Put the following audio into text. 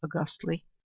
augustly